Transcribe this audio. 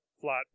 flat